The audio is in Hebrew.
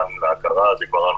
למה קיימים